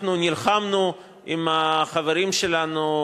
אנחנו נלחמנו עם החברים שלנו,